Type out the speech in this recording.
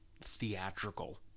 theatrical